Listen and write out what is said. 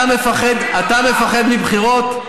אבל אלעזר שטרן, אתה מפחד מבחירות?